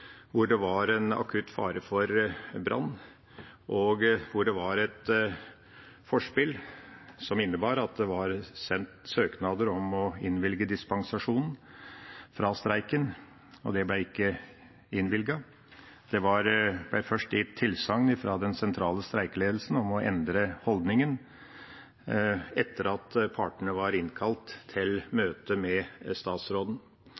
hvor det var en akutt fare for brann, og hvor det var et forspill som innebar at det var sendt søknader om å innvilge dispensasjon fra streiken, og det ble ikke innvilget. Det ble først gitt tilsagn fra den sentrale streikeledelsen om å endre holdningen etter at partene var innkalt til møte med statsråden.